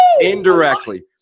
indirectly